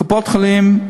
קופות-החולים,